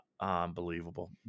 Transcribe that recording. Unbelievable